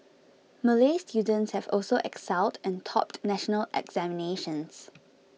Malay students have also excelled and topped national examinations